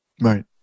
Right